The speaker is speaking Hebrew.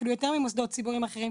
אפילו יותר ממוסדות ציבור אחרים,